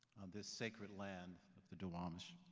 this sacred land of the duwamish.